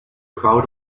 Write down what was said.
crowd